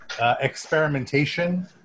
experimentation